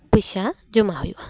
ᱯᱚᱭᱥᱟ ᱡᱚᱢᱟ ᱦᱩᱭᱩᱜᱼᱟ